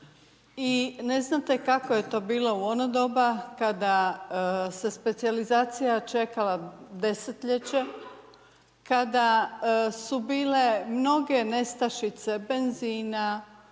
ne znate kako je to bilo u ono doba kada se specijalizacija čekala desetljeće, kada su bile mnoge nestašice benzina,